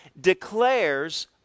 declares